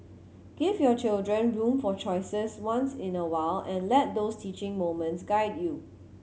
give your children room for choices once in a while and let those teaching moments guide you